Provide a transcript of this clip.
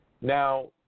now